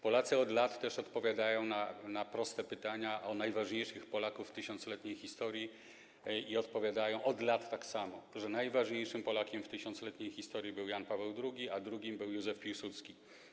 Polacy od lat odpowiadają na proste pytania o najważniejszych Polaków w 1000-letniej historii i odpowiadają od lat tak samo, że najważniejszym Polakiem w 1000-letniej historii był Jan Paweł II, a drugim był Józef Piłsudski.